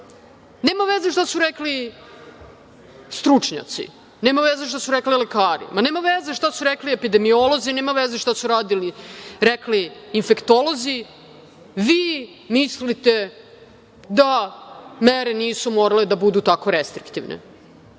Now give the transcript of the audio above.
nema veze šta su rekli stručnjaci, nema veze šta su rekli lekari, ma nema veze šta su rekli epidemiolozi, nema veze šta su rekli infektolozi, vi mislite da mere nisu morale da budu tako restriktivne. Mi